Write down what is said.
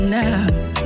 now